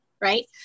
right